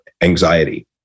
anxiety